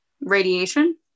Radiation